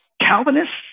Calvinists